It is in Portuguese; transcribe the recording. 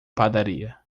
padaria